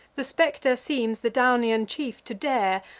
the specter seems the daunian chief to dare,